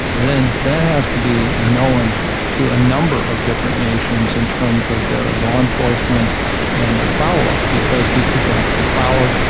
then that has to be known to a number of different nations in terms of their law enforcement and their follow-up because these people have to be followed,